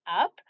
up